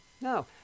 No